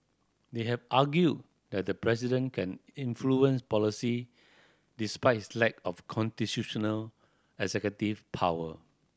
they have argued that the president can influence policy despite his lack of constitutional executive power